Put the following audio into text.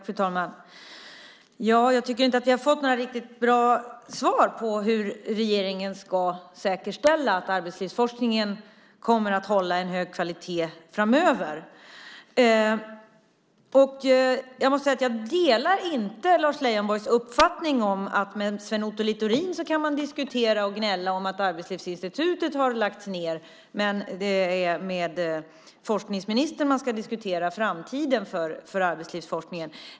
Fru talman! Jag tycker inte att jag har fått några riktigt bra svar på hur regeringen ska säkerställa att arbetslivsforskningen kommer att hålla en hög kvalitet framöver. Jag delar inte Lars Leijonborgs uppfattning att med Sven Otto Littorin kan man diskutera och gnälla om att Arbetslivsinstitutet har lagts ned men det är med forskningsministern man ska diskutera framtiden för arbetslivsforskningen.